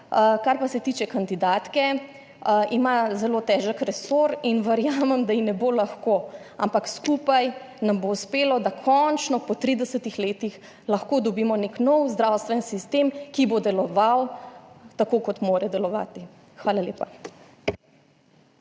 Kar pa se tiče kandidatke, ima zelo težek resor in verjamem, da ji ne bo lahko, ampak skupaj nam bo uspelo, da končno po 30 letih lahko dobimo nek nov zdravstveni sistem, ki bo deloval tako kot mora delovati. Hvala lepa.